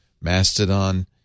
Mastodon